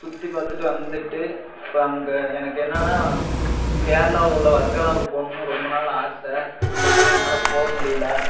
சுற்றிப் பார்த்துட்டு வந்துட்டு இப்போ அங்கே எனக்கு என்னன்னா கேரளாவில் உள்ள வர்கலாவுக்கு போகணும்னு ரொம்ப நாள் ஆசை அங்கே ஆனால் என்னால் போக முடியலை